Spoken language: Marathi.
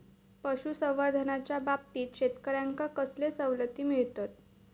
पशुसंवर्धनाच्याबाबतीत शेतकऱ्यांका कसले सवलती मिळतत?